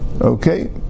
okay